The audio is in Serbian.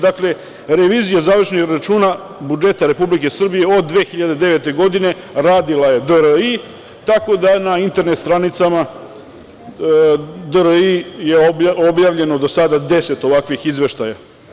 Dakle, reviziju završnih računa budžeta Republike Srbije od 2009. godine radila je DRI, tako da je na internet stranicama DRI objavljeno do sada 10 ovakvih izveštaja.